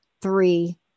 three